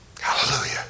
Hallelujah